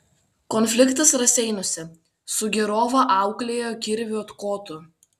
konfliktas raseiniuose sugėrovą auklėjo kirvio kotu